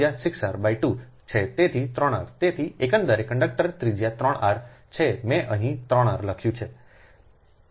છે તેથી 3 r તેથી એકંદરે કંડક્ટર ત્રિજ્યા 3 r છે મેં અહીં 3 r લખ્યું છે